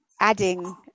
adding